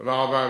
תודה רבה.